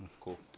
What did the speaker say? Cool